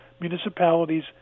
Municipalities